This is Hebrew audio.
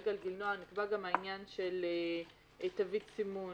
גלגינוע נקבע העניין של תווית סימון